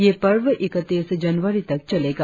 यह पर्व इकतीस जनवरी तक चलेगा